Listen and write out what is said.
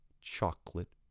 chocolate